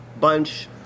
bunch